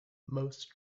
most